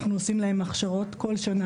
אנחנו עושים להם הכשרות כל שנה.